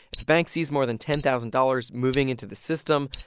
if a bank sees more than ten thousand dollars moving into the system,